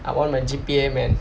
I want my G_P_A man